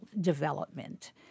development